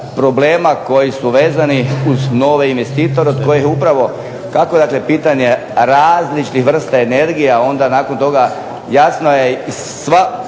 koji su vezani uz nove investitore od kojih je upravo kako je dakle pitanje različitih vrsta energija, a onda nakon toga jasno je i sva,